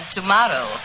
tomorrow